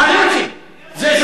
מה זה "רוצים"?